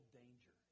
danger